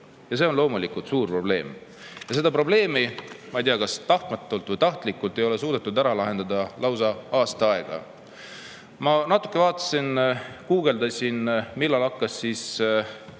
See on loomulikult suur probleem ja seda probleemi – ma ei tea, kas tahtmatult või tahtlikult – ei ole suudetud ära lahendada lausa aasta aega. Ma natuke vaatasin, guugeldasin, millal tekkisid